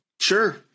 sure